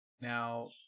Now